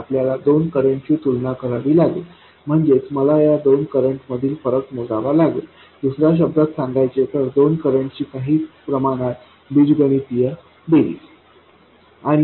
आपल्याला दोन करंटची तुलना करावी लागेल म्हणजेच मला या दोन करंट मधील फरक मोजावा लागेल दुसर्या शब्दांत सांगायचे तर दोन करंटची काही प्रमाणात बीजगणितीय बेरीज